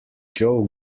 joe